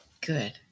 Good